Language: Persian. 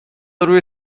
روی